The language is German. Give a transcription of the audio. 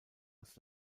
als